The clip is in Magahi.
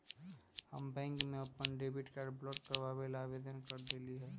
हम बैंक में अपन डेबिट कार्ड ब्लॉक करवावे ला आवेदन कर देली है